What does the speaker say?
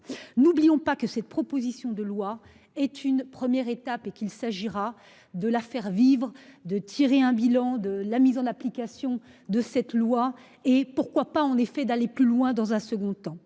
N'oublions pas que cette proposition de loi est une première étape et qu'il s'agira de la faire vivre, de tirer un bilan de la mise en application de cette loi et pourquoi pas en effet d'aller plus loin dans un second temps